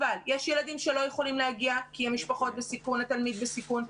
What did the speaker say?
אבל יש ילדים שלא יכולים להגיע כי המשפחות בסיכון או התלמיד בסיכון.